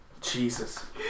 Jesus